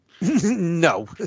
No